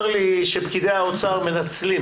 צר לי שפקידי האוצר מנצלים,